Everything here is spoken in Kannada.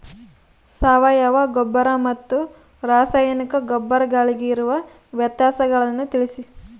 ಸಾವಯವ ಗೊಬ್ಬರ ಮತ್ತು ರಾಸಾಯನಿಕ ಗೊಬ್ಬರಗಳಿಗಿರುವ ವ್ಯತ್ಯಾಸಗಳನ್ನು ತಿಳಿಸಿ?